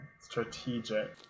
strategic